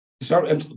sorry